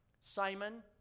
Simon